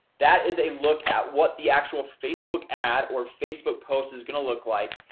that is a look at what the actual facebook ad or facebook post is gonna look like.